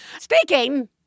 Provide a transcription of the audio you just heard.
Speaking